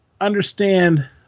understand